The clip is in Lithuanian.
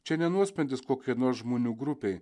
čia ne nuosprendis kokiai nors žmonių grupei